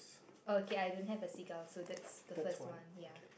okay I don't have the seagull so that's the first one ya